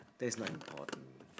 that is not important